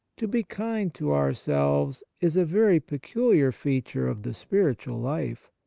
to be kind to ourselves is a very peculiar feature of the spiritual life,